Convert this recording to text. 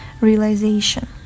realization